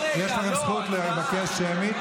יש לכם זכות לבקש שמית.